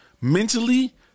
mentally